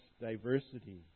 diversity